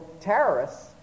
terrorists